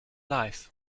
life